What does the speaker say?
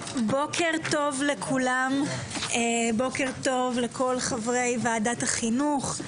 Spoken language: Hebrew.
בוקר טוב לכולם, בוקר טוב לכל חברי ועדת החינוך,